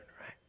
right